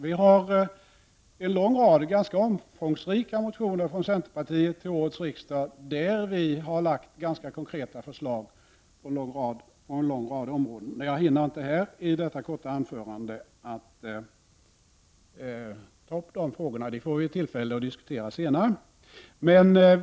Vi har från centerpartiet väckt en lång rad ganska omfångsrika motioner till årets riksdag där vi har lagt fram konkreta förslag på många områden. Jag hinner inte i detta korta anförande ta upp de frågorna, utan dem får vi tillfälle att diskutera senare.